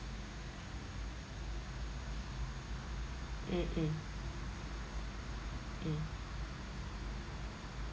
mm mm mm